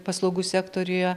paslaugų sektoriuje